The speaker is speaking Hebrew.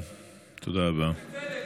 בצלם,